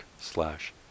slash